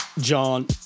John